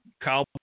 Kyle